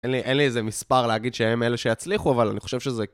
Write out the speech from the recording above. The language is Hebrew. אין לי איזה מספר להגיד שהם אלה שיצליחו, אבל אני חושב שזה...